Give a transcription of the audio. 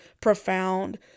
profound